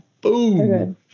Boom